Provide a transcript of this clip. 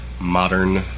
modern